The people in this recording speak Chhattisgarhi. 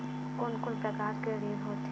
कोन कोन प्रकार के ऋण होथे?